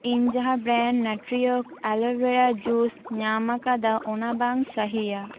ᱤᱧ ᱡᱟᱸᱦᱟ ᱵᱽᱨᱮᱱᱰ ᱱᱟᱴᱨᱤᱭᱳᱜᱽ ᱮᱞᱳ ᱵᱮᱨᱟ ᱡᱩᱥ ᱧᱟᱢ ᱟᱠᱟᱫᱟ ᱚᱱᱟ ᱵᱟᱝ ᱥᱟᱦᱤᱭᱟ